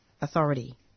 authority